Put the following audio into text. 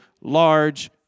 large